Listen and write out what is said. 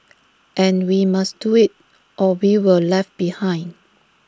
and we must do IT or we will left behind